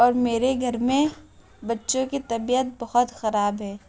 اور میرے گھر میں بچوں کی طبیعت بہت خراب ہے